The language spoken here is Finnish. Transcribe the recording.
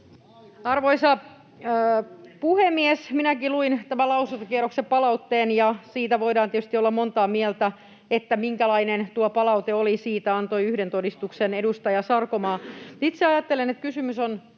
Arvoisa puhemies! Minäkin luin tämän lausuntokierroksen palautteen, ja siitä voidaan tietysti olla montaa mieltä, minkälainen tuo palaute oli. Siitä antoi yhden todistuksen edustaja Sarkomaa. Itse ajattelen, että kysymys on